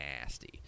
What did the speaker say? nasty